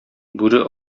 бүре